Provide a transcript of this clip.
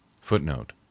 Footnote